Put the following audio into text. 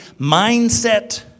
mindset